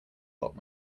locked